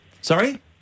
Sorry